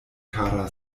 kara